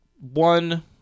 One